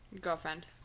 Girlfriend